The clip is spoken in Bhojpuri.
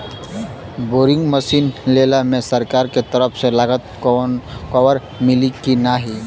बोरिंग मसीन लेला मे सरकार के तरफ से लागत कवर मिली की नाही?